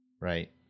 right